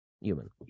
human